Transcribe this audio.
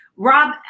Rob